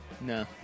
No